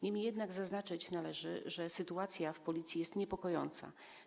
Niemniej jednak zaznaczyć należy, że sytuacja w Policji jest niepokojąca.